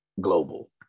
Global